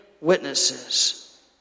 witnesses